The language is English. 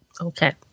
Okay